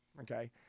Okay